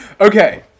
Okay